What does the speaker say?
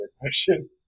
question